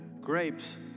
grapes